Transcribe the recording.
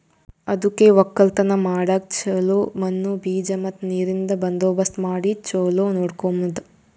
ಅದುಕೆ ಒಕ್ಕಲತನ ಮಾಡಾಗ್ ಚೊಲೋ ಮಣ್ಣು, ಬೀಜ ಮತ್ತ ನೀರಿಂದ್ ಬಂದೋಬಸ್ತ್ ಮಾಡಿ ಚೊಲೋ ನೋಡ್ಕೋಮದ್